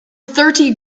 thirty